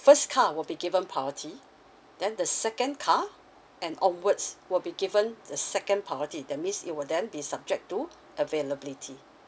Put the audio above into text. first car will be given priority then the second car and onwards will be given the second priority that means it will then be subject to availability